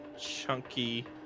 Chunky